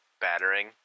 battering